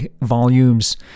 volumes